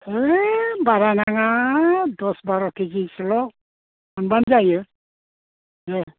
है बारा नाङा दस बार' केजिसोल' मोनबानो जायो दे